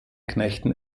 knechten